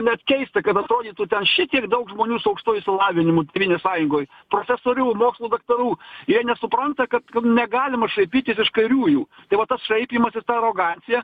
net keista kad atrodytų ten šitiek daug žmonių su aukštuoju išsilavinimu tėvynių sąjungoje profesorių mokslų daktarų jie nesupranta kad negalima šaipytis iš kairiųjų tai matosi šaipymosi arogancija